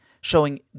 showing